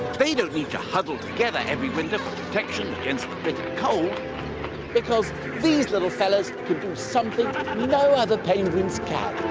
they don't need to huddle together every winter for protection against the bitter cold because these little fellas can do something no other penguins can.